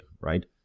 right